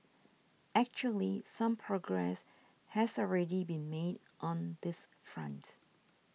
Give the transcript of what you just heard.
actually some progress has already been made on this front